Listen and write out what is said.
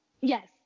yes